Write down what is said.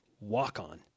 Walk-on